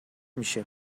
میشه